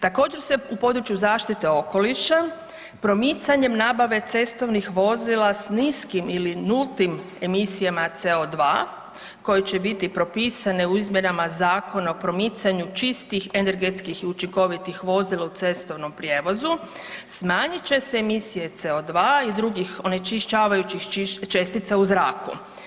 Također se u području zaštite okoliša promicanjem nabave cestovnih vozila s niskim ili nultim emisijama CO2 koji će biti propisane u izmjenama Zakona o promicanju čistih energetskih i učinkovitih vozila u cestovnom prijevozu, smanjit će se emisije CO2 i drugih onečišćavajućih čestica u zraku.